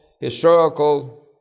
historical